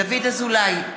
דוד אזולאי,